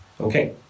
Okay